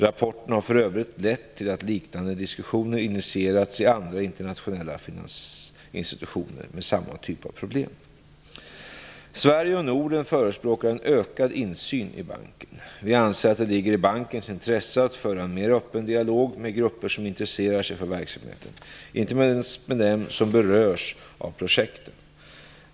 Rapporten har för övrigt lett till att liknande diskussioner initierats i andra internationella finansinstitutioner med samma typ av problem. Sverige och Norden förespråkar en ökad insyn i banken. Vi anser att det ligger i bankens intresse att föra en mer öppen dialog med grupper som intresserar sig för verksamheten, inte minst med dem som berörs av projekten.